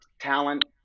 talent